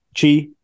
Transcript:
Chi